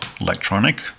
Electronic